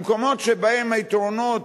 במקומות שבהם היתרונות